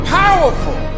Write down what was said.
powerful